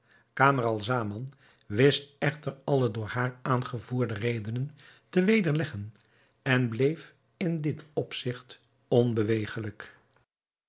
camaralzaman wist echter alle door haar aangevoerde redenen te wederleggen en bleef in dit opzigt onbewegelijk